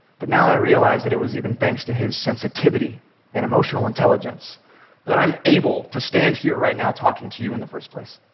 but now i realize that it was even thanks to his sensitivity and emotional intelligence that i am able to stand here right now talking to you in the first place.